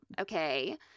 Okay